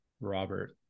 Robert